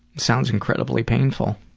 sounds incredible painful.